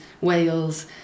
Wales